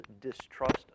distrust